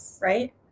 Right